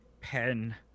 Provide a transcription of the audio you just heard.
pen